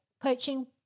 coaching